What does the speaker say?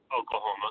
Oklahoma